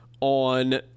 on